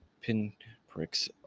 pinpricks